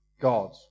God